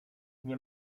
nie